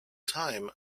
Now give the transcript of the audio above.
time